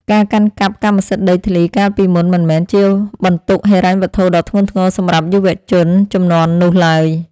ការកាន់កាប់កម្មសិទ្ធិដីធ្លីកាលពីមុនមិនមែនជាបន្ទុកហិរញ្ញវត្ថុដ៏ធ្ងន់ធ្ងរសម្រាប់យុវជនជំនាន់នោះឡើយ។